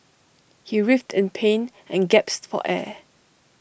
he writhed in pain and gasped for air